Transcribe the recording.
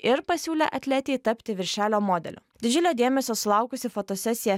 ir pasiūlė atletei tapti viršelio modeliu didžiulio dėmesio sulaukusi fotosesija